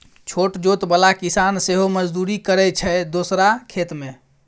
छोट जोत बला किसान सेहो मजदुरी करय छै दोसरा खेत मे